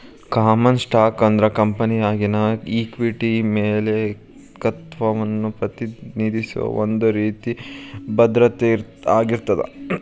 common stock ಅಂದ್ರ ಕಂಪೆನಿಯಾಗಿನ equity ಮಾಲೇಕತ್ವವನ್ನ ಪ್ರತಿನಿಧಿಸೋ ಒಂದ್ ರೇತಿ ಭದ್ರತೆ ಆಗಿರ್ತದ